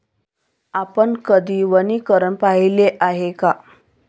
आपण कधी वनीकरण पाहिले आहे का?